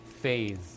phase